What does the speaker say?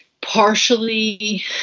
partially